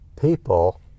people